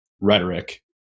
rhetoric